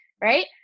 right